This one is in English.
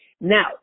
Now